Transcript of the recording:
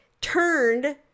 turned